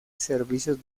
servicios